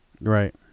Right